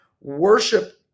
worship